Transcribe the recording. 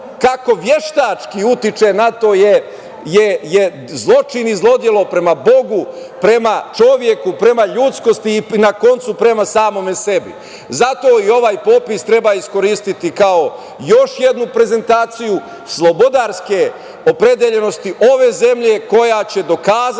kako veštački utiče na to je zločin i zlodelo prema Bogu, prema čoveku, prema ljudskosti i na kraju prema samom sebi. Zato i ovaj popis treba iskoristiti kao još jednu prezentaciju slobodarske opredeljenosti ove zemlje koja će dokazati